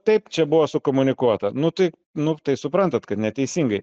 taip čia buvo sukomunikuota nu tai nu tai suprantat kad neteisingai